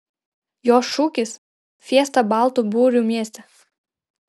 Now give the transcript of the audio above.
jos šūkis fiesta baltų burių mieste